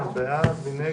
הצבעה בעד, 3 נגד,